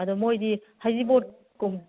ꯑꯗꯨ ꯃꯣꯏꯗꯤ ꯍꯩꯖꯤꯡꯄꯣꯠꯀꯨꯝ